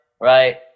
right